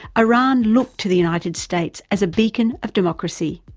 iran looked to the united states as a beacon of democracy.